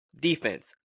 Defense